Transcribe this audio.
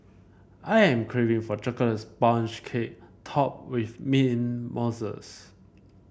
I am craving for chocolate sponge cake topped with mint mousses